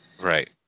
Right